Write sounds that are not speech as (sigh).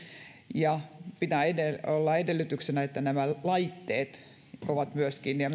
ja pitää olla edellytyksenä että myöskin laitteet ja (unintelligible)